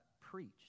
preached